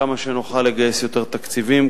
כמה שנוכל לגייס יותר תקציבים,